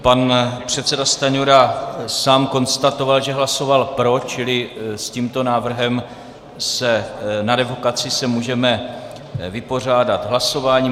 Pan předseda Stanjura sám konstatoval, že hlasoval pro, čili s tímto návrhem na revokaci se můžeme vypořádat hlasováním.